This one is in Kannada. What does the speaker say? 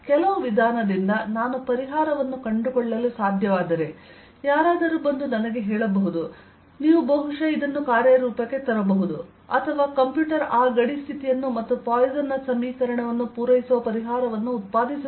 ಕೆಲವು ವಿಧಾನದಿಂದ ನಾನು ಪರಿಹಾರವನ್ನು ಕಂಡುಕೊಳ್ಳಲು ಸಾಧ್ಯವಾದರೆ ಯಾರಾದರೂ ಬಂದು ನನಗೆ ಹೇಳುತ್ತಾರೆ "ನೀವು ಬಹುಶಃ ಇದನ್ನು ಕಾರ್ಯರೂಪಕ್ಕೆ ತರಬಹುದು" ಅಥವಾ ಕಂಪ್ಯೂಟರ್ ಆ ಗಡಿ ಸ್ಥಿತಿಯನ್ನು ಮತ್ತು ಪಾಯ್ಸನ್ ನ ಸಮೀಕರಣವನ್ನು ಪೂರೈಸುವ ಪರಿಹಾರವನ್ನು ಉತ್ಪಾದಿಸುತ್ತದೆ